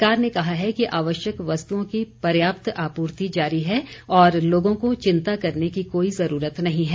सरकार ने कहा है कि आवश्यक वस्तुओं की पर्याप्त आपूर्ति जारी है और लोगों को चिंता करने की कोई जरूरत नहीं है